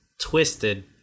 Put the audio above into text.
twisted